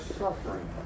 suffering